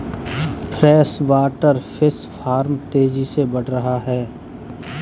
freshwater fish farm तेजी से बढ़ रहा है